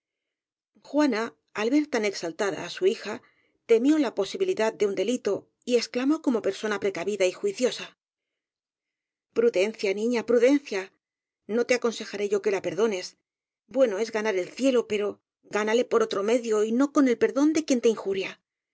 al ver tan exaltada á su hija temió la po sibilidad de un delito y exclamó como persona precavida y juiciosa prudencia niña prudencia no te aconsejaré yo que la perdones bueno es ganar el cielo pero gánale por otro medio y no con el perdón de quien te injuria